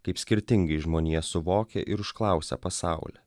kaip skirtingai žmonija suvokia ir užklausia pasaulį